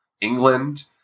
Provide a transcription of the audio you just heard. England